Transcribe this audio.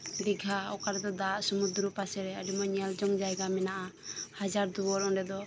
ᱫᱤᱜᱷᱟ ᱚᱠᱟ ᱞᱮᱠᱟ ᱫᱟᱜ ᱥᱚᱢᱩᱫᱽᱫᱨᱩ ᱯᱟᱥᱮᱨᱮ ᱟᱹᱰᱤ ᱢᱚᱸᱡᱽ ᱧᱮᱞ ᱡᱚᱝ ᱡᱟᱭᱜᱟ ᱢᱮᱱᱟᱜᱼᱟ ᱦᱟᱡᱟᱨ ᱫᱩᱣᱟᱹᱨ ᱚᱸᱰᱮ ᱫᱚ